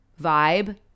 vibe